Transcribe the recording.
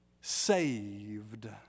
saved